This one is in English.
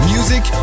Music